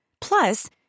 Plus